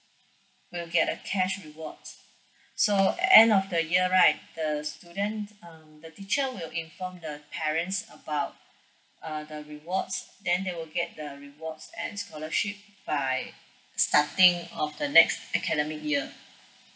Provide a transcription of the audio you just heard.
will get the cash reward so end of the year right the student um the teacher will inform the parents about uh the rewards then they will get the rewards and scholarship by starting of the next academic year